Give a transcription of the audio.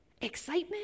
excitement